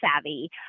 savvy